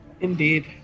Indeed